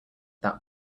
that